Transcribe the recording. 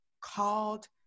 called